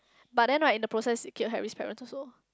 but then right in the process killed Harry's parents also